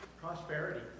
Prosperity